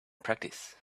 practice